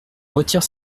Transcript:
retire